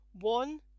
One